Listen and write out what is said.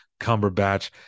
Cumberbatch